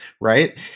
Right